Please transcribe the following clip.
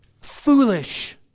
Foolish